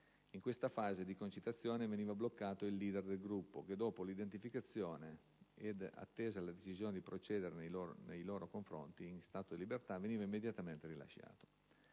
In questa fase di concitazione, veniva bloccato il leader del gruppo che, dopo l'identificazione ed attesa la decisione di procedere nei loro confronti in stato di libertà, veniva immediatamente rilasciato.